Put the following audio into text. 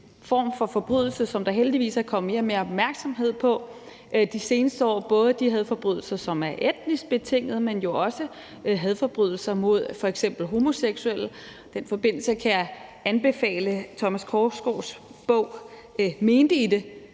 form for forbrydelse, som der heldigvis er kommet mere og mere opmærksomhed på de seneste år, både de hadforbrydelser, som er etnisk betingede, men jo også hadforbrydelser mod f.eks. homoseksuelle. I den forbindelse kan jeg anbefale Thomas Korsgaards bog »Mente I det«,